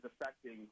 affecting